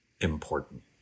important